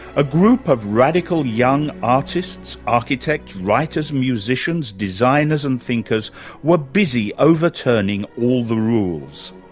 a group of radical young artists, architects, writers, musicians, designers and thinkers were busy overturning all the rules.